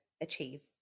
achieve